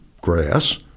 grass